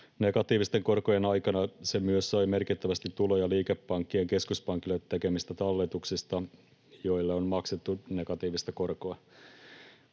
Negatiivisten korkojen aikana se myös sai merkittävästi tuloja liikepankkien keskuspankille tekemistä talletuksista, joille on maksettu negatiivista korkoa.